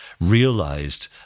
realized